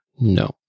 No